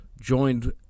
Joined